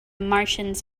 martians